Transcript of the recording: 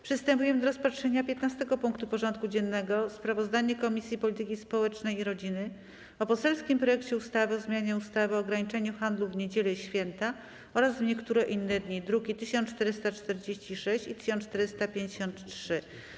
Przystępujemy do rozpatrzenia punktu 15. porządku dziennego: Sprawozdanie Komisji Polityki Społecznej i Rodziny o poselskim projekcie ustawy o zmianie ustawy o ograniczeniu handlu w niedziele i święta oraz w niektóre inne dni (druki nr 1446 i 1453)